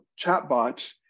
chatbots